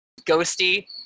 Ghosty